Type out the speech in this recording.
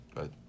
Right